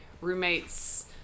roommate's